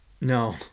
No